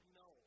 no